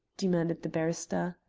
demanded the barrister.